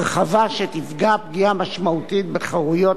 הרחבה שתפגע פגיעה משמעותית בחירויות